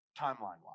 timeline-wise